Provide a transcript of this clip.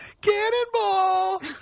Cannonball